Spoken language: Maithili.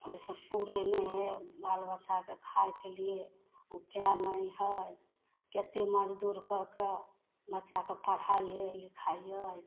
ओहिसे पूरा नहि हइ बालबच्चाके खायके लिए उपाय नहि हइ केतेक मजदूरी कऽ कए बच्चाके पढ़ाइयै लिखाइयै